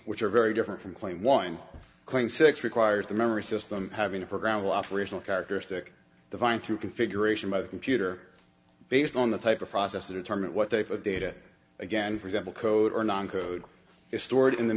which are very different from claim one claim six requires the memory system having a programmable operational characteristic divine through configuration by the computer based on the type of process to determine what they put data again for example code or non code is stored in the